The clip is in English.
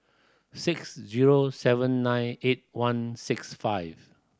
six zero seven nine eight one six five